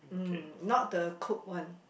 mm not the cook one